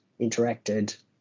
interacted